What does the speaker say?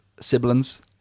siblings